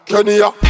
Kenya